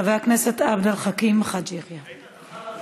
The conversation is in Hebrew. חבר הכנסת עבד אל חכים חאג' יחיא.